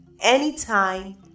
anytime